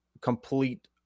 complete